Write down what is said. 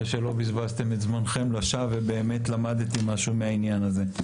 שלא בזבזתם את זמנכם לשווא ובאמת למדתם משהו מהעניין הזה.